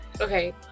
okay